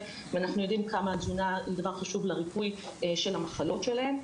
ואנחנו יודעים כמה התזונה היא דבר חשוב לריפוי של המחלות שלהם.